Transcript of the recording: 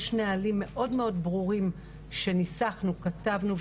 יש נהלים מאוד ברורים שניסחנו וכתבנו,